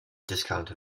discount